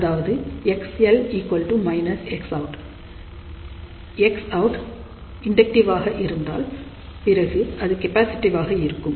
Xout இண்டக்டிவ்வாக இருந்தால் பிறகு இது கேப்பாசிட்டிவாக இருக்கும்